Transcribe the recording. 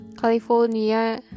California